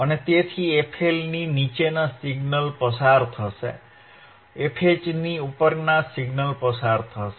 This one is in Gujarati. તેથી fL ની નીચેના સિગ્નલ પસાર થશે fH ની ઉપરના સિગ્નલ પસાર થશે